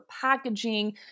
packaging